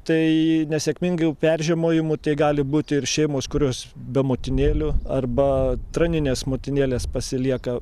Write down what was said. tai nesėkmingai peržiemojimų tai gali būt ir šeimos kurios be motinėlių arba traninės motinėlės pasilieka